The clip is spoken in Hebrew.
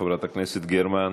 חברת הכנסת גרמן,